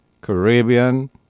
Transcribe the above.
Caribbean